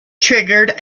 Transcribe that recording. triggered